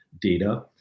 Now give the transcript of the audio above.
data